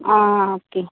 ആ ഓക്കെ